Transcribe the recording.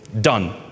done